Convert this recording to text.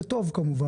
בטוב כמובן,